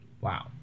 wow